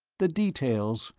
the details,